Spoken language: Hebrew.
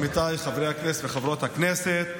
עמיתיי חברי הכנסת וחברות הכנסת,